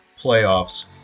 playoffs